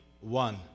one